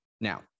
now